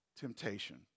temptation